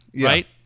right